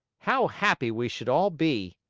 how happy we should all be!